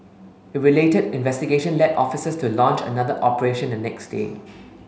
a related investigation led officers to launch another operation the next day